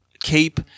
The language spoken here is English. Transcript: cape